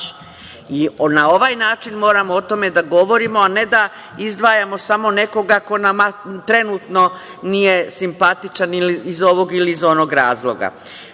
ovaj način moramo o tome da govorimo, a ne da izdvajamo samo nekoga ko nam trenutno nije simpatičan ili iz ovog ili onog razloga. Takođe,